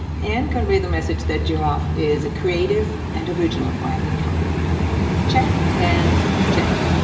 and convey the message that giraff is a creative and original branding company check and check!